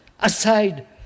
aside